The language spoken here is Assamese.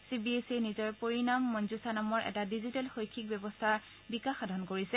চি বি এছ ইয়ে নিজৰ পৰিণাম মঞ্জুছা নামৰ এটা ডিজিটেল শৈক্ষিক ব্যৱস্থাৰ বিকাশ সাধন কৰিছে